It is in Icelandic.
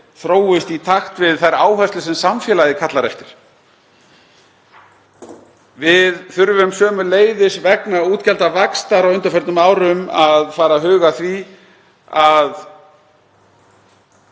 þróist í takt við þær áherslur sem samfélagið kallar eftir. Við þurfum sömuleiðis, vegna útgjaldavaxtar á undanförnum árum, að fara að huga að því að